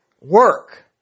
work